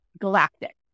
galactic